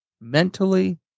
mentally